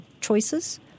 choices